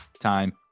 time